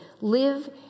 Live